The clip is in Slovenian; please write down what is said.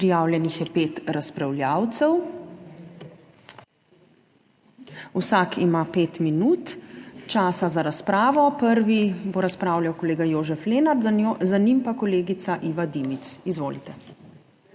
Prijavljenih je pet razpravljavcev, vsak ima pet minut časa za razpravo. Prvi bo razpravljal kolega Jožef Lenart, za njim pa kolegica Iva Dimic. Izvolite.